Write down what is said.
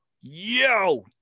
yo